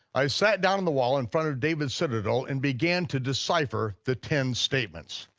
i sat down on the wall in front of david's citadel and began to decipher the ten statements.